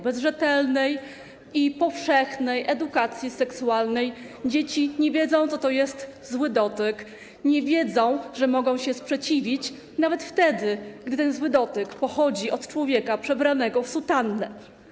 Bez rzetelnej i powszechnej edukacji seksualnej dzieci nie wiedzą, co to jest zły dotyk, nie wiedzą, że mogą się sprzeciwić nawet wtedy, gdy ten zły dotyk pochodzi od człowieka przebranego w sutannę.